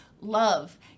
love